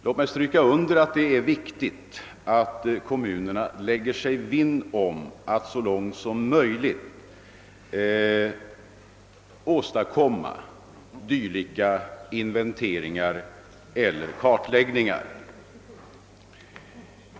Låt mig stryka under att det är viktigt att kommunerna lägger sig vinn om att så långt som möjligt åstadkomma dylika inventeringar eller kartläggningar.